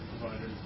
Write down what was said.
providers